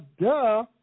duh